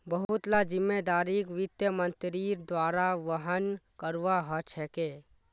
बहुत ला जिम्मेदारिक वित्त मन्त्रीर द्वारा वहन करवा ह छेके